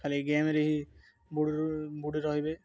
ଖାଲି ଗେମ୍ରେ ହିଁ ବୁଡ଼ରୁ ବୁଡ଼ି ରହିବେ